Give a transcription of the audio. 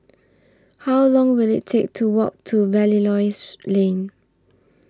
How Long Will IT Take to Walk to Belilios Lane